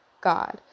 God